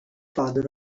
father